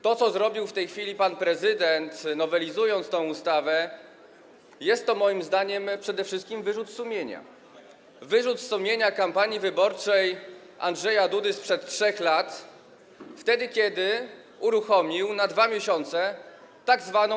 To, co zrobił w tej chwili pan prezydent, nowelizując tę ustawę, to jest, moim zdaniem, przede wszystkim kwestia wyrzutu sumienia, wyrzutu sumienia dotyczącego kampanii wyborczej Andrzeja Dudy sprzed 3 lat, wtedy kiedy uruchomił on na 2 miesiące tzw.